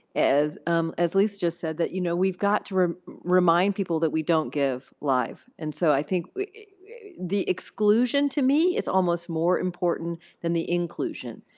um as lisa just said, that you know we've got to remind people that we don't give live. and so i think the exclusion, to me, is almost more important than the inclusion,